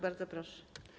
Bardzo proszę.